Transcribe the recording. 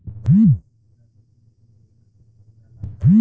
सामाजिक विभाग मे कौन कौन योजना हमरा ला बा?